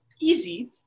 easy